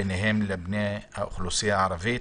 ביניהן לבני האוכלוסייה הערבית,